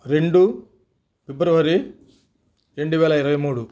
రెండు ఫిబ్రవరి రెండువేల ఇరవైమూడు